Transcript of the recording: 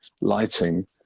lighting